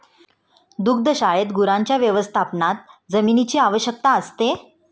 दुग्धशाळेत गुरांच्या व्यवस्थापनात जमिनीची आवश्यकता असते